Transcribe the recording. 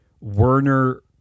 Werner